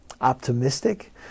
optimistic